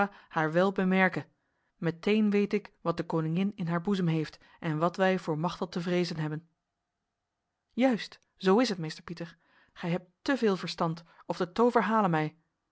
haar wel bemerke meteen weet ik wat de koningin in haar boezem heeft en wat wij voor machteld te vrezen hebben juist zo is het meester pieter gij hebt te veel verstand of de tover hale mij